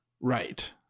Right